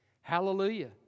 Hallelujah